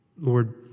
Lord